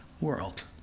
world